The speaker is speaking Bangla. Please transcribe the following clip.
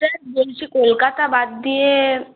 স্যার বলছি কলকাতা বাদ দিয়ে